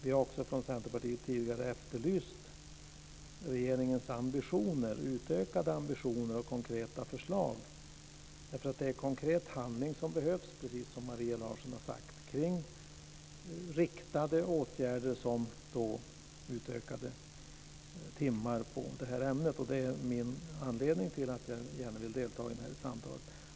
I Centerpartiet har vi också tidigare efterlyst regeringens utökade ambitioner och konkreta förslag. Det är konkret handling som behövs, precis som Maria Larsson har sagt, kring riktade åtgärder som utökade timmar för det här ämnet. Det är anledningen till att jag gärna vill delta i det här samtalet.